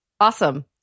Awesome